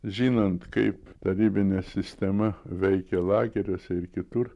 žinant kaip tarybinė sistema veikė lageriuose ir kitur